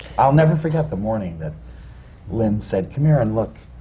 i'll never forget the morning that lynn said, come here and look.